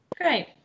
Great